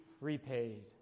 repaid